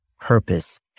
purpose